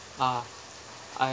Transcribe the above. ah I